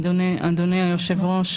אדוני היושב-ראש,